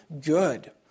good